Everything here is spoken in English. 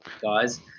guys